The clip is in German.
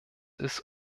ist